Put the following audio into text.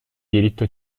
diritto